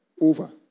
over